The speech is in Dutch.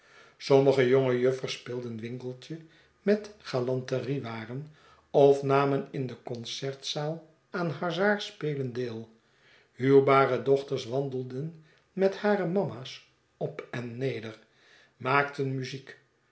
sommige jonge juffers speelden winkeltje met galanteriewaren of namen in de concertzaal aan hazardspelen deel huwbare dochters wandelden met hare mama's op en neder maakten muziek